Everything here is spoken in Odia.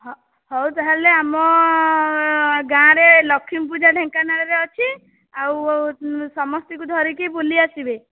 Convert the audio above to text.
ହ ହଉ ତାହେଲେ ଆମ ଗାଁରେ ଲକ୍ଷ୍ମୀ ପୂଜା ଢେଙ୍କାନାଳ ରେ ଅଛି ଆଉ ସମସ୍ତ ଙ୍କୁ ଧରିକି ବୁଲି ଆସିବେ